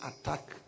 attack